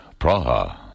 Praha